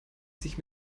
sich